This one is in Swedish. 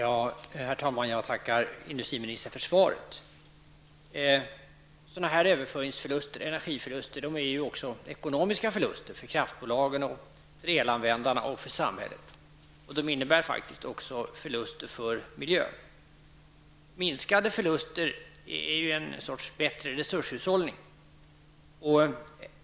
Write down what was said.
Herr talman! Jag tackar industriministern för svaret. Dessa överföringsförluster, energiförluster, är också ekonomiska förluster för kraftbolagen, elanvändarna och samhället, och de innebär också förluster för miljön. Minskade förluster innebär en bättre resurshushållning.